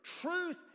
Truth